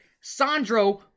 Sandro